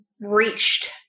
reached